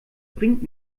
bringt